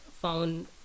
found